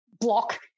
block